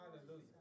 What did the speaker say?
Hallelujah